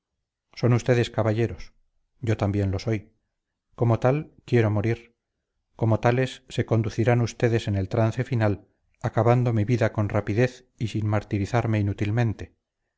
son ustedes caballeros yo también lo soy como tal quiero morir como tales se conducirán ustedes en el trance final acabando mi vida con rapidez y sin martirizarme inútilmente